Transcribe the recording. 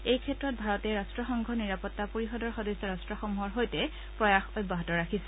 এই ক্ষেত্ৰত ভাৰতে ৰট্টসংঘৰ নিৰাপত্তা পৰিষদৰ সদস্য ৰট্টসমূহৰ সৈতে প্ৰয়াস অব্যাহত ৰাখিছে